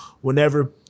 whenever